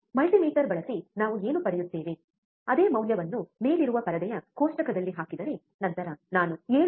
multimeter ಬಳಸಿ ನಾವು ಏನು ಪಡೆಯುತ್ತೇವೆ ಅದೇ ಮೌಲ್ಯವನ್ನು ಮೇಲಿರುವ ಪರದೆಯ ಕೋಷ್ಟಕದಲ್ಲಿ ಹಾಕಿದರೆ ನಂತರ ನಾನು 7